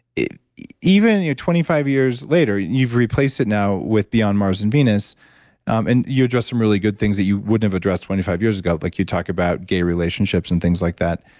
even you're twenty five years later, you've replaced it now with beyond mars and venus and you addressed some really good things that you wouldn't have addressed twenty five years ago, like you talk about gay relationships and things like that.